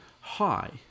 Hi